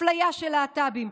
אפליה של להט"בים,